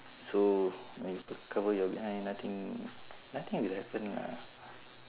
so when you cover your behind nothing nothing will happen lah